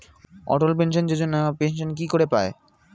অটল pension Yojana pension কি করে পায়?